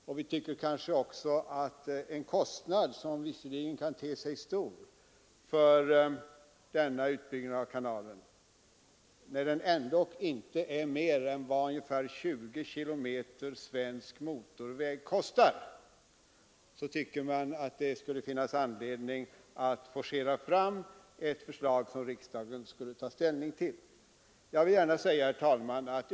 Kostnaden för denna utbyggnad av kanalen kan visserligen te sig stor, men när den ändå inte rör sig om mer än vad 20 kilometer svensk motorväg kostar anser vi att det skulle finnas anledning att forcera fram ett förslag som riksdagen kan ta ställning till.